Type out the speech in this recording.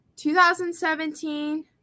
2017